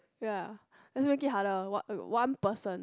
ya lets make it harder one one person